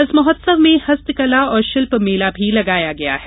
इस महोत्सव में हस्तकला और शिल्प मेला भी लगाया गया है